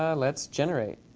ah let's generate.